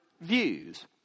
views